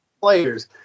players